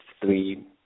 three